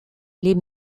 les